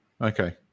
Okay